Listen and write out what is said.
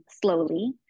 slowly